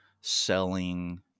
selling